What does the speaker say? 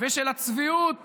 ושל הצביעות